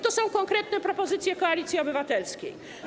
To są konkretne propozycje Koalicji Obywatelskiej.